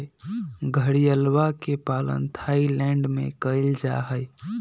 घड़ियलवा के पालन थाईलैंड में कइल जाहई